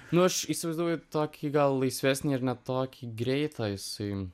nu aš įsivaizduoju tokį gal laisvesnį ir ne tokį greitą jisai